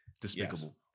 Despicable